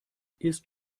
ist